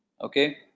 Okay